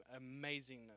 amazingness